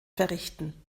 verrichten